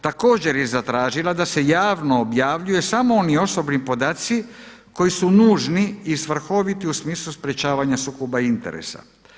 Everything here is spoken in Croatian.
Također je zatražila da se javno objavljuje samo oni osobni podaci koji su nužni i svrhoviti u smislu sprečavanja sukoba interesa.